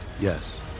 Yes